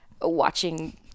watching